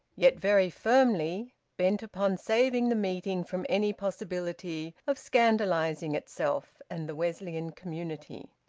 yet very firmly, bent upon saving the meeting from any possibility of scandalising itself and the wesleyan community.